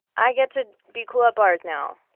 i get to be cool at bars now,